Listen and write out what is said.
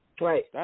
Right